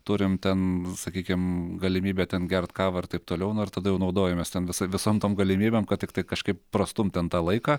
turim ten sakykim galimybę ten gert kavą ir taip toliau na ir tada jau naudojamės ten visa visom tom galimybėm kad tiktai kažkaip prastumt ten tą laiką